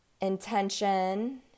intention